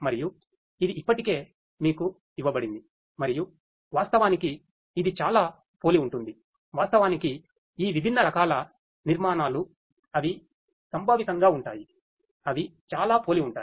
మరియు ఇది ఇప్పటికే మీకు ఇవ్వబడింది మరియు వాస్తవానికి ఇది చాలా పోలి ఉంటుంది వాస్తవానికి ఈ విభిన్న రకాల నిర్మాణాలు అవి సంభావితంగా ఉంటాయి అవి చాలా పోలి ఉంటాయి